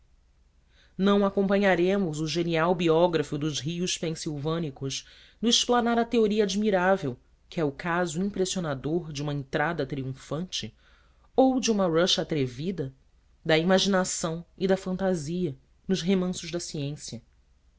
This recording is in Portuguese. não acompanharemos o genial biógrafo dos rios pensilvânicos no explanar a teoria admirável que é o caso impressionador de uma entrada triunfante ou de uma rush atrevida da imaginação e da fantasia nos remansos da ciência